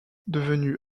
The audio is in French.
devenu